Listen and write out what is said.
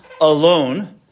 alone